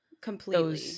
completely